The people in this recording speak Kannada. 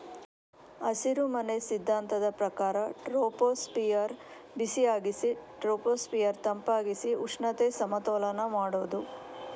ಹಸಿರುಮನೆ ಸಿದ್ಧಾಂತದ ಪ್ರಕಾರ ಟ್ರೋಪೋಸ್ಫಿಯರ್ ಬಿಸಿಯಾಗಿಸಿ ಸ್ಟ್ರಾಟೋಸ್ಫಿಯರ್ ತಂಪಾಗಿಸಿ ಉಷ್ಣತೆ ಸಮತೋಲನ ಮಾಡುದು